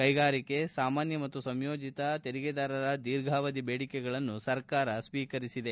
ಕೈಗಾರಿಕಾ ಸಾಮಾನ್ಯ ಮತ್ತು ಸಂಯೋಜಿತ ತೆರಿಗೆದಾರರ ದೀರ್ಘಾವಧಿ ಬೇಡಿಕೆಗಳನ್ನು ಸರ್ಕಾರ ಸ್ವೀಕರಿಸಿದೆ